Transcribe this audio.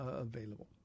available